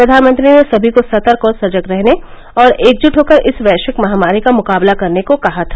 प्रधानमंत्री ने सभी को सतर्क और सजग रहने और एकजुट होकर इस वैश्विक महामारी का मुकाबला करने को कहा था